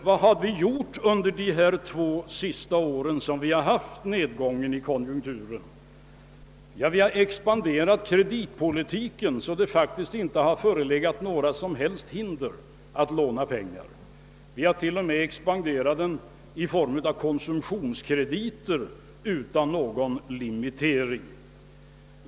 Vad har vi gjort under de två senaste åren, då vi har haft denna konjunkturnedgång? Vi har låtit kreditpolitiken expandera — t.o.m. i form av konsumtionskrediter utan någon limitering — så att det faktiskt inte har förelegat några som helst hinder för att låna pengar.